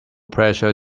pressure